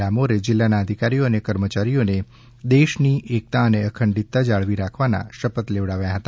ડામોરે જીલ્લાના અધિકારીઓ અને કર્મચારીઓને દેશની એકતા અને અખંડિતતા જાળવી રાખવાના શપથ લેવડાવ્યા હતા